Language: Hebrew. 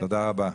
תודה רבה.